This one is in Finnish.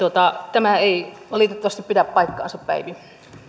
tämä ei valitettavasti pidä paikkaansa päivi